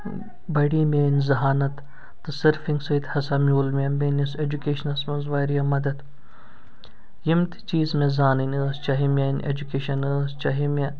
بڑاے میٲنۍ زَہانَتھ تہٕ سٔرفِنگ سۭتۍ ہسا میوٗل مےٚ میٲنِس اٮ۪جُکٮ۪شنَس منٛز واریاہ مدتھ یِم تہِ زانٕنۍ ٲسۍ چاہے میٲنۍ اٮ۪جُکٮ۪شَن ٲسۍ چاہے مےٚ